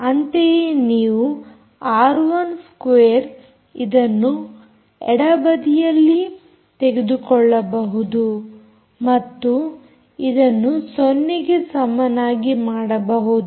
ಅಂತೆಯೇ ನೀವು ಆರ್12 ಇದನ್ನು ಎಡಬಡಿಯಲ್ಲಿ ತೆಗೆದುಕೊಳ್ಳಬಹುದು ಮತ್ತು ಇದನ್ನು 0ಗೆ ಸಮನಾಗಿ ಮಾಡಬಹುದು